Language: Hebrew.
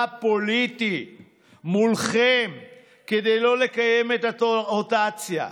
פוליטי מולכם כדי לא לקיים את הרוטציה,